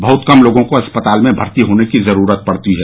बह्त कम लोगों को अस्पताल में भर्ती होने की जरूरत पडती है